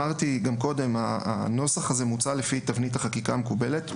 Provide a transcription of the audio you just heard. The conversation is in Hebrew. אמרתי גם קודם: הנוסח הזה מוצע לפי תבנית החקיקה המקובלת.